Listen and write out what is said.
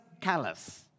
callous